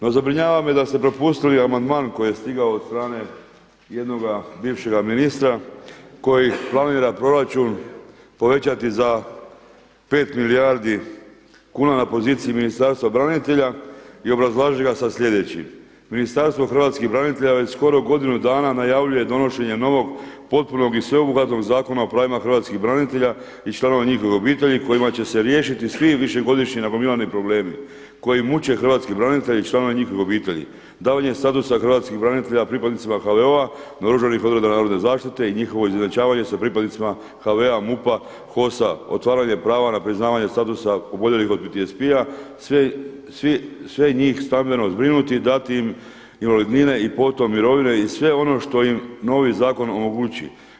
No, zabrinjava me da ste propustili amandman koji je stigao od strane jednoga bivšega ministra koji planira proračun povećati za 5 milijardi kuna na poziciji Ministarstva branitelja i obrazlaže ga sa sljedećim: Ministarstvo hrvatskih branitelja već skoro godinu dana najavljuje donošenje novog potpunog i sveobuhvatnog Zakona o pravima hrvatskih branitelja i članova njihovih obitelji kojima će se riješiti svi višegodišnji nagomilani problemi koji muče hrvatske branitelje i članove njihovih obitelji, davanja statusa hrvatskih branitelja pripadnicima HVO-a, naoružanih odreda Narodne zaštite i njihovo izjednačavanje sa pripadnicima HV-a, MUP-a, HOS-a, otvaranje prava na priznavanje statusa oboljelih od PTSP-a sve njih stambeno zbrinuti i dati im invalidnine i potom mirovine i sve ono što im novi zakon omogući.